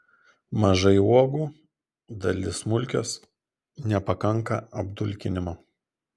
mažai uogų dalis smulkios nepakanka apdulkinimo